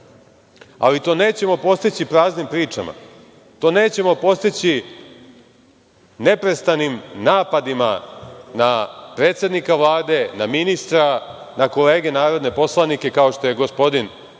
Ali, to nećemo postići praznim pričama. To nećemo postići neprestanim napadima na predsednika Vlade, na ministra, na kolege narodne poslanike, kao što je gospodin Marko